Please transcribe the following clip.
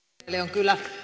kyllä